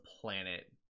planet